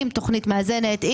עם תוכנית מאזנת,